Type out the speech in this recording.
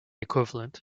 equivalent